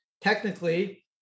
technically